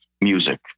music